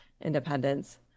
independence